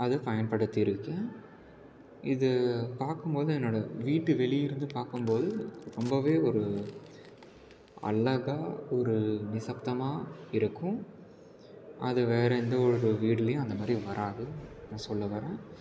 அதை பயன்படுத்தியிருக்கேன் இது பார்க்கும்போது என்னோட வீட்டு வெளியிலிருந்து பார்க்கும்போது ரொம்பவே ஒரு அழகா ஒரு நிசப்தமாக இருக்கும் அது வேறு எந்த ஒரு வீட்டுலேயும் அந்த மாதிரி வராது நான் சொல்ல வரேன்